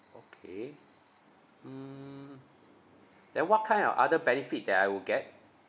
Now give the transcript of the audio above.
okay mm then what kind of other benefit that I will get